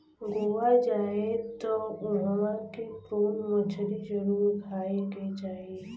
गोवा जाए त उहवा के प्रोन मछरी जरुर खाए के चाही